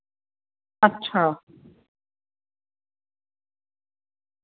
अच्छा